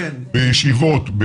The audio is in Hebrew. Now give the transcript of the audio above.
בישיבות.